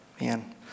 man